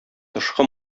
тышкы